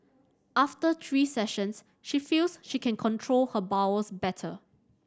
after three sessions she feels she can control her bowels better